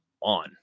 on